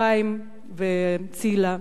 חיים וצילה,